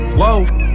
whoa